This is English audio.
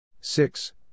six